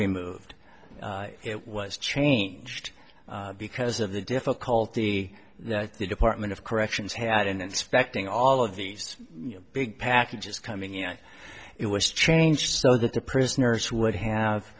removed it was changed because of the difficulty that the department of corrections had in inspecting all of these big packages coming you know it was changed so that the prisoners would have